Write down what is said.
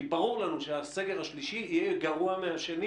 כי ברור לנו שהסגר השלישי יהיה גרוע מהשני,